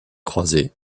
croisées